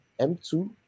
M2